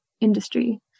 industry